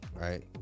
right